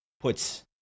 puts